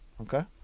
Okay